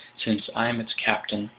since i'm its captain,